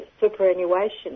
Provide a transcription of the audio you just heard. superannuation